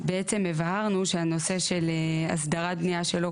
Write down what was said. בעצם הבהרנו שהנושא של הסדרת בניה שלא